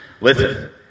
Listen